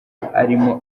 arimo